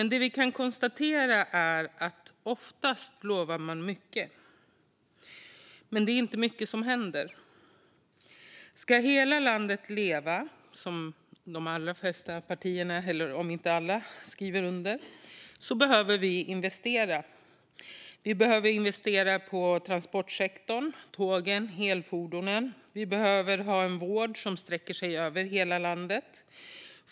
Det går att konstatera att man oftast lovar mycket, men det är inte mycket som händer. Om hela landet ska leva, vilket de allra flesta partier - om inte alla - skriver under på, behöver vi investera. Vi behöver investera i transportsektorn, i tågen och i elfordonen. Vi behöver ha en vård som sträcker sig över hela landet.